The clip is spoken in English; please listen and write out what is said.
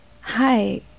Hi